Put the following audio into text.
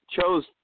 chose